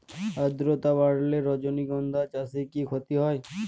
আদ্রর্তা বাড়লে রজনীগন্ধা চাষে কি ক্ষতি হয়?